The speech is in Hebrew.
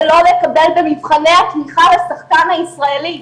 ולא לקבל במבחני התמיכה לשחקן הישראלי.